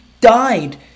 died